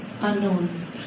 unknown